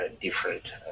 different